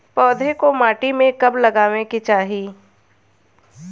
पौधे को मिट्टी में कब लगावे के चाही?